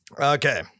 okay